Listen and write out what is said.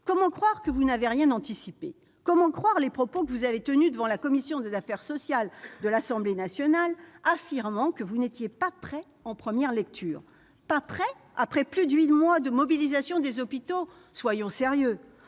Comment croire que vous n'avez rien anticipé ? Comment croire les propos que vous avez tenus devant la commission des affaires sociales de l'Assemblée nationale, affirmant que vous n'étiez pas prêts en première lecture ? Pas prêts, après plus de huit mois de mobilisation des hôpitaux ? Soyons sérieux !